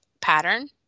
pattern